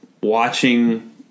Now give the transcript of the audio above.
watching